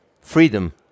freedom